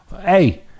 Hey